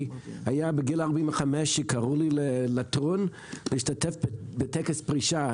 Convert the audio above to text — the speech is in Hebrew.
היה בגיל 45 שקראו לי ללטרון להשתתף בטקס פרישה.